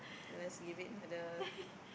let's give it another